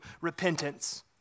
repentance